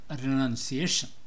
renunciation